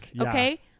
Okay